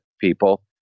people